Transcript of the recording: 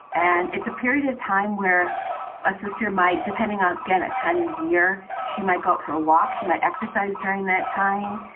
and it's a period of time where my sister might depending on again, ah time of year, she might go for a walk, she might exercise. during that time,